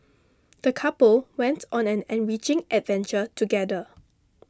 the couple went on an enriching adventure together